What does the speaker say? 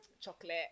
chocolate